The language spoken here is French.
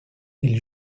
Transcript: ils